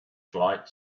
flight